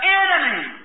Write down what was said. enemy